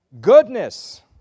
goodness